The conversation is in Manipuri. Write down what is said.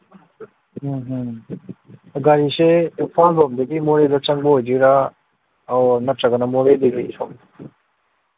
ꯎꯝꯍꯨꯝ ꯒꯥꯔꯤꯁꯦ ꯏꯝꯐꯥꯜꯂꯣꯝꯗꯒꯤ ꯃꯣꯔꯦꯗ ꯆꯪꯕ ꯑꯣꯏꯗꯣꯏꯔꯥ ꯑꯣꯔ ꯅꯠꯇ꯭ꯔꯒꯅ ꯃꯣꯔꯦꯗꯒꯤ ꯁꯣꯝ